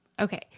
okay